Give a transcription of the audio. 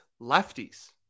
lefties